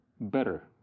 better